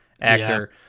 actor